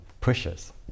pushes